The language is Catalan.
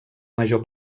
major